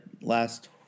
last